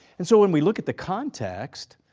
and so when we look at the context,